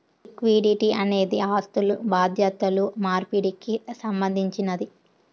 liquidity అనేది ఆస్థులు బాధ్యతలు మార్పిడికి సంబంధించినది